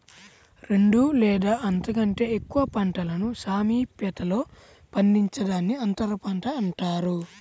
రెండు లేదా అంతకంటే ఎక్కువ పంటలను సామీప్యతలో పండించడాన్ని అంతరపంట అంటారు